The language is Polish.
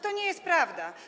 To nie jest prawda.